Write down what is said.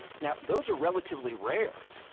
now, those are relatively rare.